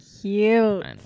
cute